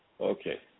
Okay